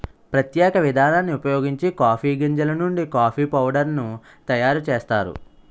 ప్రత్యేక విధానాన్ని ఉపయోగించి కాఫీ గింజలు నుండి కాఫీ పౌడర్ ను తయారు చేస్తారు